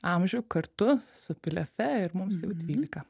amžių kartu su pilefe ir mums jau dvylika